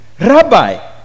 Rabbi